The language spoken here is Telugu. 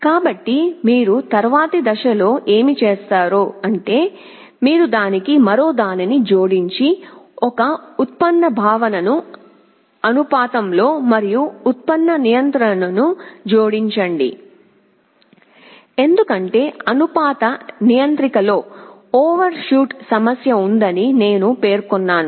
కాబట్టి మీరు తరువాతి దశలో ఏమి చేస్తారు అంటే మీరు దానికి మరో దానిని జోడించి ఒక ఉత్పన్న భావనను అనుపాతంలో మరియు ఉత్పన్న నియంత్రికను జోడించండి ఎందుకంటే అనుపాత నియంత్రికలో ఓవర్షూట్ సమస్య ఉందని నేను పేర్కొన్నాను